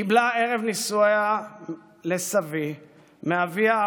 קיבלה ערב נישואיה לסבי מאביה,